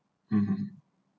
mmhmm